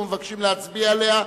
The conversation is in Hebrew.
ומבקשים להצביע עליה,